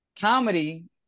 Comedy